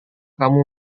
kamu